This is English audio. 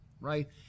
right